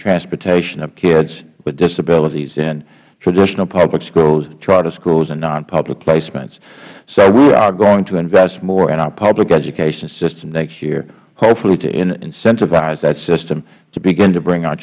transportation of kids with disabilities in traditional public schools charter schools and nonpublic placements so we are going to invest more in our public education system next year hopefully to incentivize that system to begin to bring our